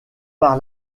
par